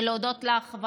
ולהודות לך,